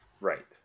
Right